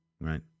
right